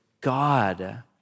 God